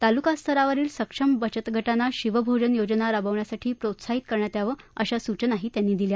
तालुकास्तरावरील सक्षम बचतगटांना शिवभोजन योजना राबविण्यासाठी प्रोत्साहित करण्यात यावं अशा सूचनाही त्यांनी दिल्या